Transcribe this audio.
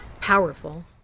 powerful